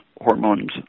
hormones